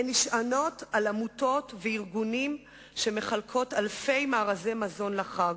הן נשענות על עמותות וארגונים שמחלקים אלפי מארזי מזון לחג,